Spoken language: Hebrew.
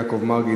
יעקב מרגי,